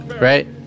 Right